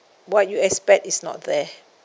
what you expect is not there